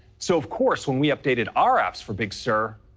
so of course when we updated our apps for big sur,